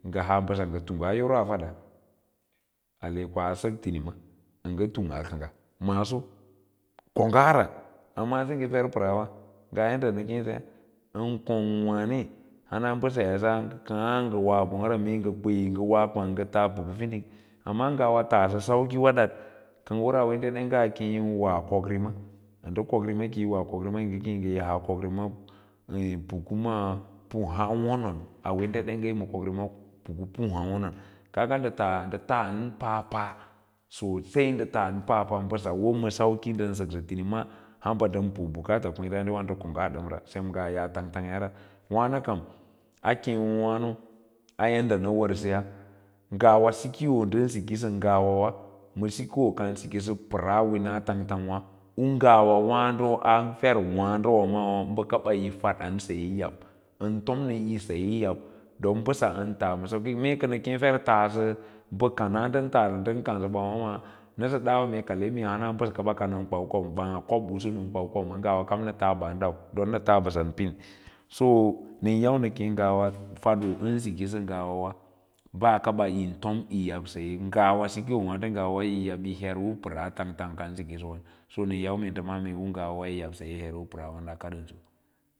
Nga haa mbasa nga tuga yoro a fada ale koa sak tinima a nga tung arka, maaso konggara amma a sengee na keesa ya yadda na keesaya din kong waano rana mbaseraa sa nga kas ng awa bangra mee ng awa kwang nga tas puku finding amma ngaiwa taasa sauko wad at yiy wa komrima a nda komrima kai wa komrima yinga kak yi haa komrima puk n pu ahaa wonon au delving yo ma komtima puku ajaa wonon ka ng noa tas nda taas apa sosa nda taan papa mbasa wo ma timimus hamba ndan pusa bukats kwee raa dewan da kongga damra ngas yas tang tang ra wa no kam a keiyo wano a yadda nan warsaya ngwa sikiyo ndan sikisa nga wawa ma sikookansikisa paraa wina tang tang u ngawawaada a fer waado uwa maawa uakiwva yi fadon saui yab an tom n yi saye yab don mbasa ndan tas ma sauki mee ka na kee mba taasa mba knag nda sa da wawa nasa dawa mee ka le mee nase ka na kwai kobo usus na kwau kwauwe ngwa kam na tas baan don na tas mbasan pin so nan yau na kee ngwawa fado an sikisa ngawa wa baa kaba yin tom yi ab saye ngwa kisoowan do yi har paras ka tang kan sikisaws nan yau mee nda mala’au ngwawa yi yab saye yi har u parawan a kadoolusu